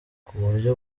kuburyo